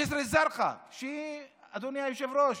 ג'יסר א-זרקא, שהיא, אדוני היושב-ראש,